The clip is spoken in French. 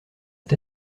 est